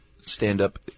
stand-up